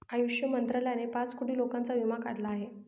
आयुष मंत्रालयाने पाच कोटी लोकांचा विमा काढला आहे